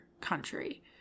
country